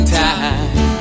time